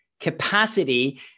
capacity